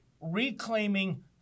reclaiming